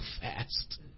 fast